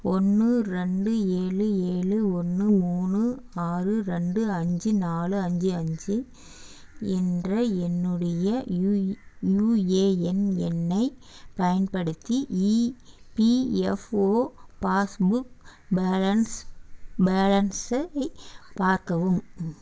ஒன்று ரெண்டு ஏழு ஏழு ஒன்று மூணு ஆறு ரெண்டு அஞ்சு நாலு அஞ்சு அஞ்சு என்ற என்னுடைய யுஏஎன் எண்ணை பயன்படுத்தி இபிஎஃப்ஓ பாஸ்புக் பேலன்ஸ் பேலன்ஸை பார்க்கவும்